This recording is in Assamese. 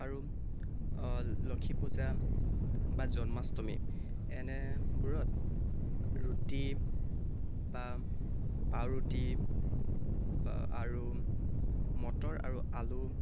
আৰু লক্ষীপূজা বা জন্মাষ্টমী এনেবোৰত ৰুটী বা পাওৰুটী বা আৰু মটৰ আৰু আলু